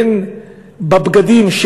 הן בבגדים,